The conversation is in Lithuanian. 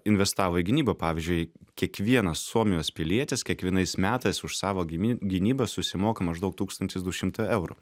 investavo į gynybą pavyzdžiui kiekvienas suomijos pilietis kiekvienais metais už savo gimi gynybą susimoka maždaug tūkstantis du šimtai eurų